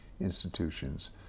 institutions